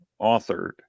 authored